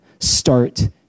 start